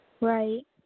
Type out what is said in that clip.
Right